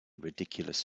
ridiculous